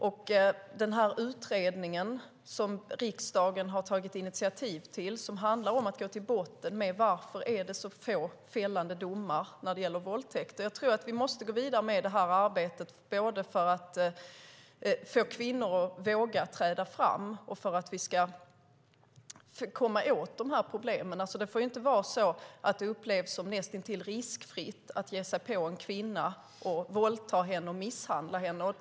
Det är bra med den utredning som riksdagen har tagit initiativ till och som handlar om att gå till botten med varför det är så få fällande domar när det gäller våldtäkter. Vi måste gå vidare med det här arbetet både för att få kvinnor att våga träda fram och för att vi ska komma åt problemen. Det får inte vara så att det upplevs som näst intill riskfritt att ge sig på en kvinna, våldta och misshandla henne.